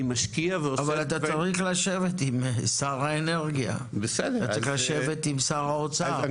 אני משקיע ועושה --- אבל אתה צריך לשבת עם שר האנרגיה ועם שר האוצר,